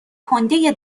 کندهی